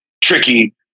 tricky